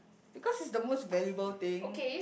because is the most valuable thing